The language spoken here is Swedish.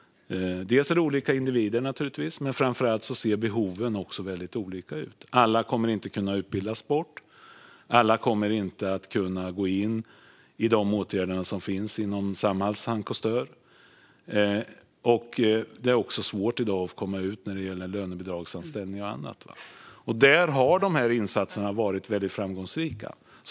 Det är olika individer, men framför allt har de olika behov. Alla kommer inte att kunna utbildas bort. Alla kommer inte att kunna gå in i de åtgärder som finns inom Samhalls hank och stör. I dag är det också svårt att komma ut när det gäller lönebidragsanställningar och annat. Där har de här insatserna varit framgångsrika.